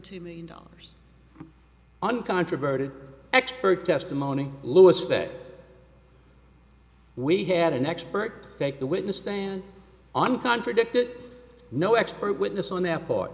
two million dollars uncontroverted expert testimony lewis that we had an expert take the witness stand on contradicted no expert witness on their part